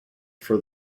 for